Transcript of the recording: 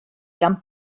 gan